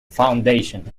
foundation